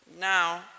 Now